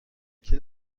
کلید